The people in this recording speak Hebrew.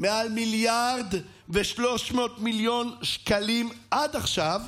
מעל 1.3 מיליארד שקלים עד עכשיו,